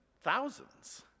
thousands